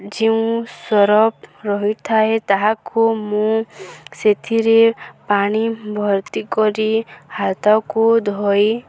ଯେଉଁ ସର୍ଫ ରହିଥାଏ ତାହାକୁ ମୁଁ ସେଥିରେ ପାଣି ଭର୍ତ୍ତି କରି ହାତକୁ ଧୋଇ